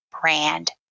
brand